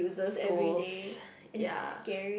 schools ya